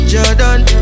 Jordan